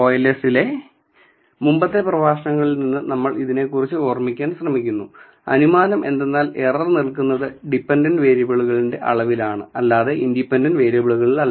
OLS ലെ മുമ്പത്തെ പ്രഭാഷണങ്ങളിൽ നിന്ന് നിങ്ങൾ ഇതിനെക്കുറിച്ചു ഓർമിക്കാൻ ശ്രെമിക്കുക അനുമാനം എന്തെന്നാൽ എറർ നിലനിൽക്കുന്നത് ഡിപെൻഡന്റ് വേരിയബിളിന്റെ അളവിലാണ് അല്ലാതെ ഇൻഡിപെൻഡന്റ് വേരിയബിളിലല്ല